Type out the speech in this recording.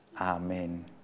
Amen